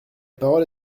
parole